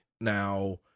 Now